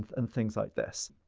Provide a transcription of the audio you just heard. and things like this.